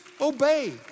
obey